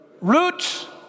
root